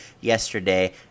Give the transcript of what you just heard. yesterday